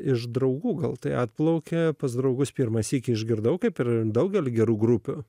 iš draugų gal tai atplaukė pas draugus pirmąsyk išgirdau kaip ir daugelį gerų grupių